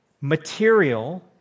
material